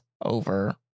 over